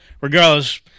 Regardless